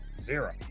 zero